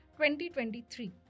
2023